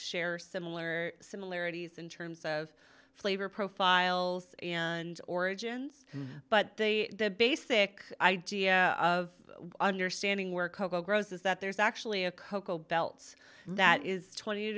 share similar similarities in terms of flavor profiles and origins but the basic idea of understanding where cocoa grows is that there's actually a cocoa belt that is twenty